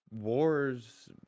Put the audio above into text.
wars